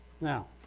Now